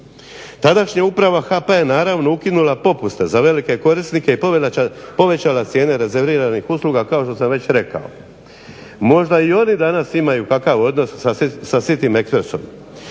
Tadašnja Uprava HP-a je naravno ukinula popuste za velike korisnike i povećala cijene rezerviranih usluga kao što sam već rekao. Možda i oni danas imaju takav odnos sa City Expressom.